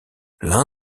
l’un